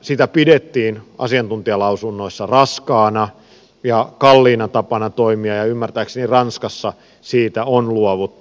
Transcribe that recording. sitä pidettiin asiantuntijalausunnoissa raskaana ja kalliina tapana toimia ja ymmärtääkseni ranskassa siitä on luovuttu